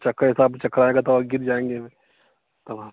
चक्कर जैसा आपको चक्कर आएगा तो आप गिर जाएंगे तब हाँ